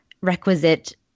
requisite